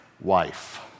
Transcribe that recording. wife